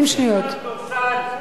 אני נראה לך דורסן?